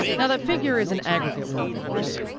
now, that figure is an aggregate one of course,